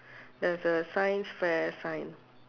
there's a science fair sign